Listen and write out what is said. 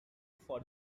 for